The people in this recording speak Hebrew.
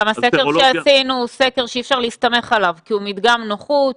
גם הסקר שעשינו הוא סקר שאי אפשר להסתמך עליו כי הוא מדגם נוחות,